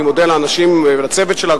ואני מודה לאנשים ולצוות שלה,